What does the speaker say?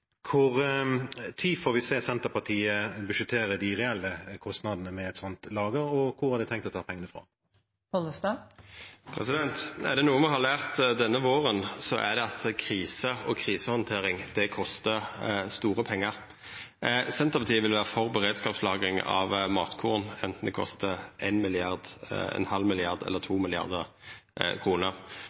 får vi se Senterpartiet budsjettere de reelle kostnadene ved et sånt lager, og hvor har de tenkt å ta pengene fra? Er det noko me har lært denne våren, er det at krise og krisehandsaming kostar store pengar. Senterpartiet vil vera for beredskapslagring av matkorn anten det kostar 1 mrd. kr, 0,5 mrd. kr eller